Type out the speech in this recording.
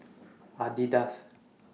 Adidas